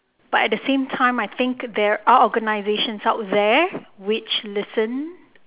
but at the same time I think there are organizations out there which listen